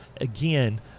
again